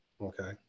Okay